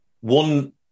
One